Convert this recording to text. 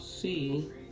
see